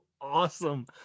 awesome